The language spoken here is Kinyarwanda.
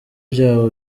byabo